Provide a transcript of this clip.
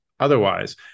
Otherwise